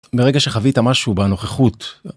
ברגע שחווית משהו בנוכחות.